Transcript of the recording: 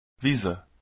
Visa